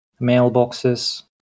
mailboxes